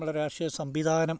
നമ്മുടെ രാഷ്ട്രീയ സംവിധാനം